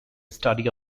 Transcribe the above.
study